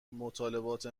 مطالبات